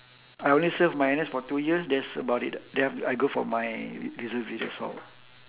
I only serve my N_S for two years that's about it then I go for my re~ reservist that's all